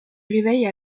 réveille